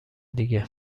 دیگه